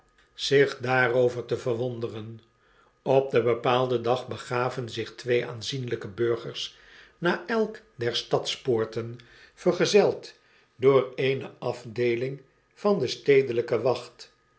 zich daarover te verwonderen op den bepaalden dag begaven zich twee aanzienlyke burgers naar elk der stadspoorten vergezeld door eene afdeeling van de stedelyke wacht